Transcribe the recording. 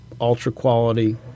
ultra-quality